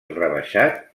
rebaixat